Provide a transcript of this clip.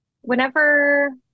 whenever